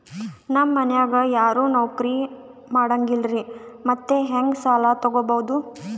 ನಮ್ ಮನ್ಯಾಗ ಯಾರೂ ನೌಕ್ರಿ ಮಾಡಂಗಿಲ್ಲ್ರಿ ಮತ್ತೆಹೆಂಗ ಸಾಲಾ ತೊಗೊಬೌದು?